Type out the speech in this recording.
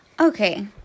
Okay